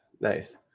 Nice